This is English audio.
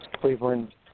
Cleveland